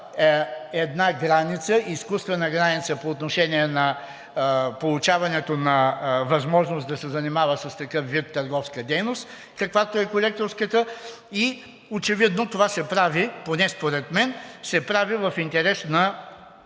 създава една изкуствена граница по отношение на получаването на възможност да се занимава с такъв вид търговска дейност, каквато е колекторската и очевидно това се прави, поне според мен, се прави в интерес на